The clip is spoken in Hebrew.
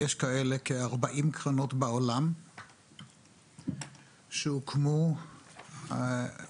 יש כאלה כ-40 קרנות בעולם שהוקמו במדינות